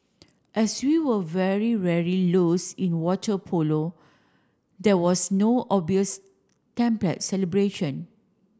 as we were very rarely lose in water polo there was no obvious template celebration